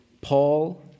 Paul